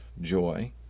joy